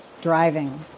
driving